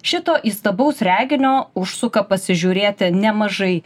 šito įstabaus reginio užsuka pasižiūrėti nemažai